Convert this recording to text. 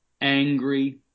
angry